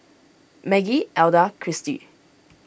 Maggie Elda Christy